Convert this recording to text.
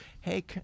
hey